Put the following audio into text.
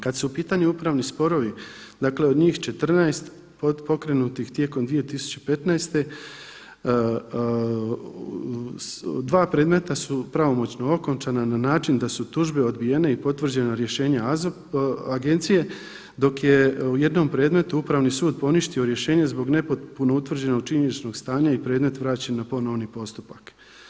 Kad su u pitanju upravni sporovi, dakle od njih 14 pokrenutih tijekom 2015. 2 predmeta su pravomoćno okončana na način da su tužbe odbijene i potvrđena rješenja agencije, dok je u jednom predmetu Upravni sud poništio rješenje zbog nepotpuno utvrđenog činjeničnog stanja i predmet vraćen na ponovni postupak.